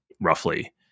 roughly